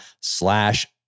slash